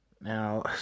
Now